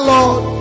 Lord